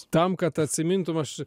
tam kad atsimintum aš